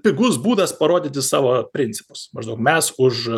pigus būdas parodyti savo principus maždaug mes už